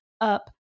up